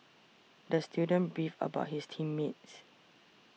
the student beefed about his team mates